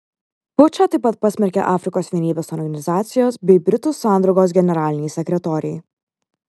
pučą taip pat pasmerkė afrikos vienybės organizacijos bei britų sandraugos generaliniai sekretoriai